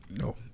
No